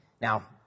Now